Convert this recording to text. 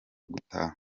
gutaha